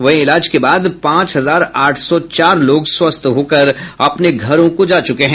वहीं इलाज के बाद पांच हजार आठ सौ चार लोग स्वस्थ होकर अपने घरों को जा चुके हैं